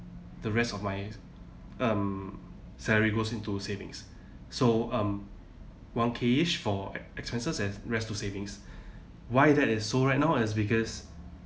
the rest of my um salary goes into savings so um one K ish for ex~ expenses and rest to savings why that is so right now is because